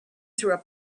through